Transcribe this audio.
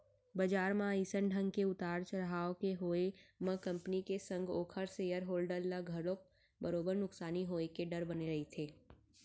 बजार म अइसन ढंग के उतार चड़हाव के होय म कंपनी के संग ओखर सेयर होल्डर ल घलोक बरोबर नुकसानी होय के डर बने रहिथे